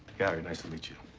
gary. nice to meet you.